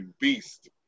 beast